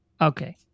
Okay